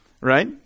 Right